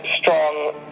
strong